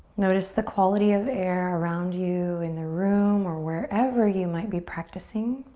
notice the quality of air around you in the room or wherever you might be practicing.